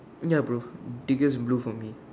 ya bro deepest blue for me